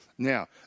Now